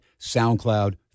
SoundCloud